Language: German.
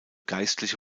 geistliche